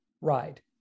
ride